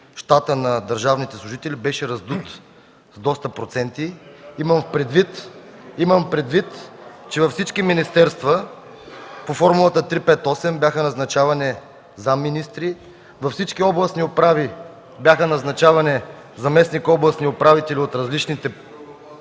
щатът на държавните служители беше раздут с доста проценти. (Шум и реплики.) Имам предвид, че във всички министерства по формулата 3-5-8 бяха назначавани заместник-министри, във всички областни управи бяха назначавани заместник-областни управители от различните партии